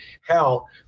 hell